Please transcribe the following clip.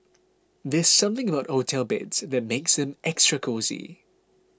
there's something about hotel beds that makes them extra cosy